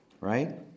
right